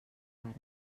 pares